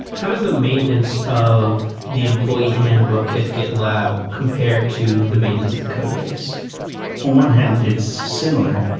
how does the maintenance of the employee handbook at gitlab compare to the maintenance of the codebase? on one hand it's similar.